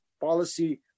policy